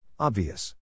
Obvious